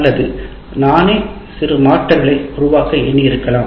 அல்லது நானே சிறு மாற்றங்களை உருவாக்க எண்ணியிருக்கலாம்